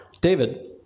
David